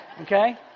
Okay